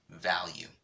value